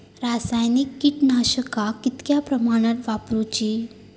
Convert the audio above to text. रासायनिक कीटकनाशका कितक्या प्रमाणात वापरूची?